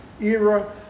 era